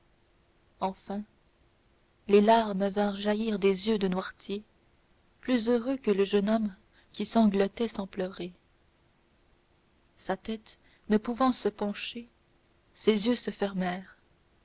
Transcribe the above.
enfin les larmes vinrent jaillir des yeux de noirtier plus heureux que le jeune homme qui sanglotait sans pleurer sa tête ne pouvant se pencher ses yeux